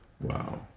Wow